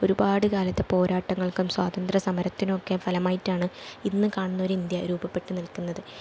ഒരുപാട് കാലത്തെ പോരാട്ടങ്ങൾക്കും സ്വാതന്ത്ര്യ സമരത്തിനൊക്കെ ഫലമായിട്ടാണ് ഇന്ന് കാണുന്ന ഒരിന്ത്യ രൂപപ്പെട്ട് നിൽക്കുന്നത്